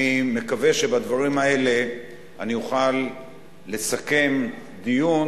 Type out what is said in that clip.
אני מקווה שבדברים האלה אני אוכל לסכם דיון